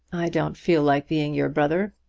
don't feel like being your brother.